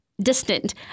distant